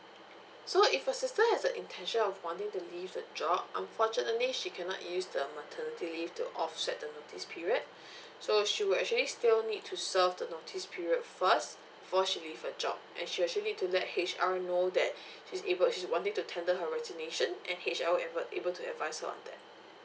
so if your sister has the intention of wanting to leave the job unfortunately she cannot use the maternity leave to offset the notice period so she will actually still need to serve the notice period first before she leave her job and she actually need to let H_R know that she's able she's wanting to tender her resignation and H_R will advi~ able to advise her on that